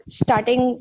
starting